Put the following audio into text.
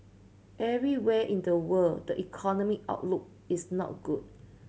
everywhere in the world the economic outlook is not good